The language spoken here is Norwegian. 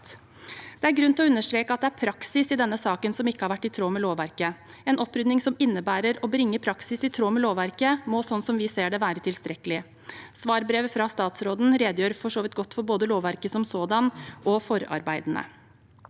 Det er grunn til å understreke at det er praksis i denne saken som ikke har vært i tråd med lovverket. En opprydding som innebærer å bringe praksis i tråd med lovverket, må, som vi ser det, være tilstrekkelig. Svarbrevet fra statsråden redegjør for så vidt godt for både lovverket som sådan og forarbeidene.